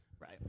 Right